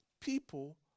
people